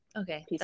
okay